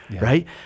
right